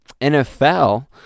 NFL